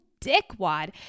dickwad